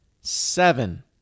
Seven